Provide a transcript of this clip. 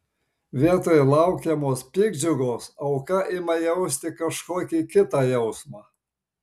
vietoj laukiamos piktdžiugos auka ima jausti kažkokį kitą jausmą